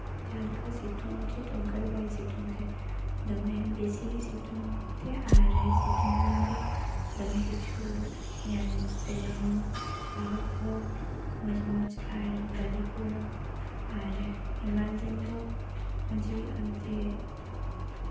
ᱡᱟᱦᱟᱸ ᱞᱮᱠᱟ ᱥᱤᱛᱩᱝ ᱩᱪᱤᱛ ᱚᱱᱠᱟ ᱫᱚ ᱵᱟᱭ ᱥᱤᱛᱩᱝ ᱛᱮ ᱫᱚᱢᱮ ᱵᱮᱥᱤ ᱜᱮ ᱥᱤᱛᱩᱝ ᱛᱮ ᱟᱨ ᱥᱤᱛᱩᱝ ᱫᱤᱱ ᱫᱚ ᱫᱚᱢᱮ ᱠᱤᱪᱷᱩ ᱧᱮᱞ ᱧᱟᱢᱚᱜ ᱛᱮ ᱡᱮᱢᱚᱱ ᱵᱟᱦᱟ ᱠᱚ ᱢᱚᱡᱽ ᱢᱚᱡᱽ ᱟᱨ ᱫᱟᱨᱮ ᱠᱚᱦᱚᱸ ᱟᱨ ᱦᱮᱢᱟᱞ ᱫᱤᱱ ᱫᱚ ᱢᱚᱡᱽ ᱜᱮ ᱮᱱᱛᱮ